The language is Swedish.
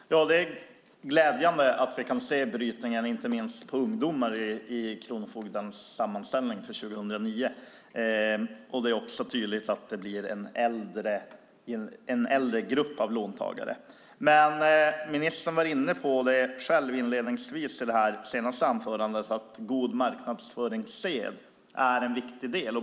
Fru talman! Det är glädjande att vi kan se brytningen, inte minst i fråga om ungdomar, i kronofogdens sammanställning för 2009. Det är också tydligt att det blir en grupp av äldre låntagare. Ministern var i sitt senaste anförande inne på att god marknadsföringssed är en viktig del.